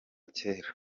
cyera